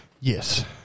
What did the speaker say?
Yes